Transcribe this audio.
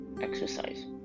exercise